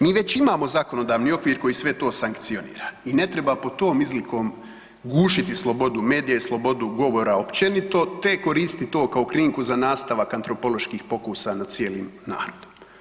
Mi već imamo zakonodavni okvir koji sve to sankcionira i ne treba pod tom izlikom gušiti slobodu medija i slobodu govora općenito te koristiti to kao krinku za nastavak antropoloških pokusa nad cijelim narodom.